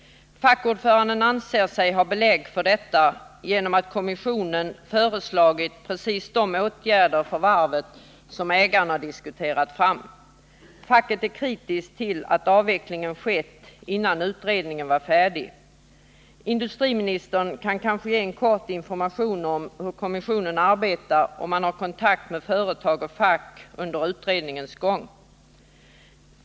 Fackordföranden anser sig ha belägg för detta på grund av att kommissionen föreslagit precis de åtgärder för varvet som ägarna diskuterat fram. Facket är kritiskt till att avvecklingen skett innan utredningen är färdig. Industriministern kan kanske ge en kort information om hur kommissionen arbetar. Har man kontakt med företag och fack under utredningens gång?